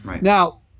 Now